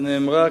ונאמרה,